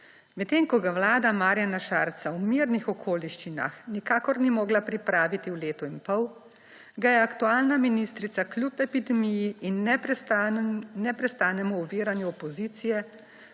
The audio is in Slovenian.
Medtem ko ga vlada Marjana Šarca v mirnih okoliščinah nikakor ni mogla pripraviti v letu in pol, ga je aktualna ministrica kljub epidemiji in neprestanem oviranju opozicije